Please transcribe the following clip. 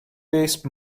based